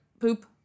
poop